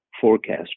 forecast